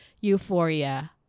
euphoria